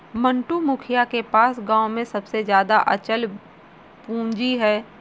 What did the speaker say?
मंटू, मुखिया के पास गांव में सबसे ज्यादा अचल पूंजी है